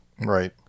right